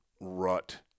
rut